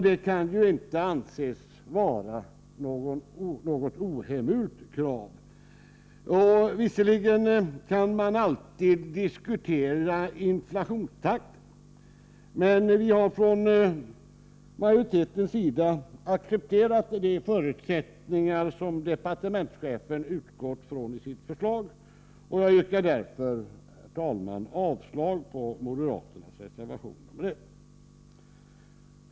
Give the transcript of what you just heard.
Det kan ju inte anses vara något ohemult krav. Visserligen kan man alltid diskutera inflationstakten, men vi har från majoritetens sida accepterat de förutsättningar som departementschefen utgått från i sitt förslag. Jag yrkar därför, herr talman, avslag på moderaternas reservation 1.